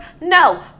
No